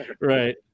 Right